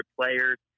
players